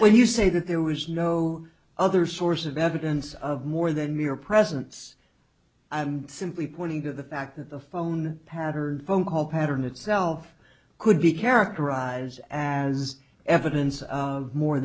when you say that there was no other source of evidence of more than mere presence i'm simply pointing to the fact that the phone pattern phone call pattern itself could be characterized as evidence of more